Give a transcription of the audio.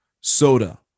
soda